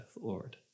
Lord